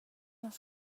las